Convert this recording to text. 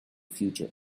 future